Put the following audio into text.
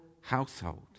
household